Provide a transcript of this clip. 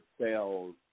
sales